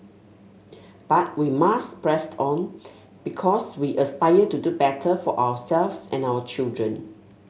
but we must press on because we aspire to do better for ourselves and our children